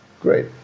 Great